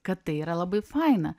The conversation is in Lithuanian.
kad tai yra labai faina